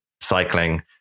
cycling